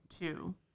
two